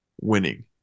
winning